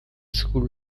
school